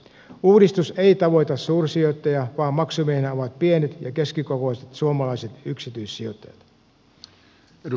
uudistus ei tavoita suursijoittajia vaan maksumiehinä ovat pienet ja keskikokoiset suomalaiset yksityissijoittajat